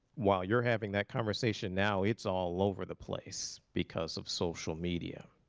while you're having that conversation now, it's all over the place because of social media.